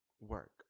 work